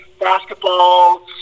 basketball